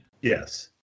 Yes